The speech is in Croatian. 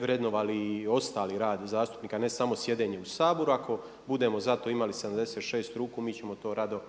vrednovali i ostali rad zastupnika ne samo sjedenje u Saboru, ako budemo za to imali 76 ruku mi ćemo to rado